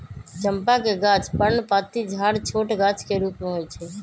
चंपा के गाछ पर्णपाती झाड़ छोट गाछ के रूप में होइ छइ